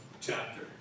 chapter